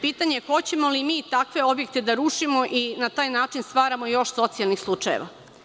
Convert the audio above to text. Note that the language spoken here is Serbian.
Pitanje je – hoćemo li mi takve objekte da rušimo i na taj način stvaramo još socijalnih slučajeva?